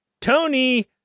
Tony